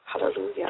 hallelujah